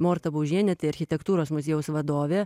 morta baužienė tai architektūros muziejaus vadovė